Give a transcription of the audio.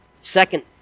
Second